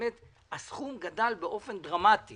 הסכום גדל באופן דרמטי